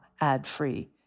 ad-free